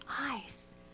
eyes